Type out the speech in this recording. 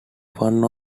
one